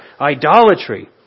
idolatry